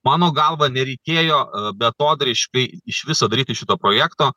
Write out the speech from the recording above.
mano galva nereikėjo beatodairiškai iš viso daryti šito projekto